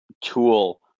tool